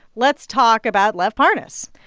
let's talk about lev parnas.